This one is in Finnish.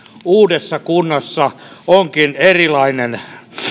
uudessa kunnassa onkin erilainen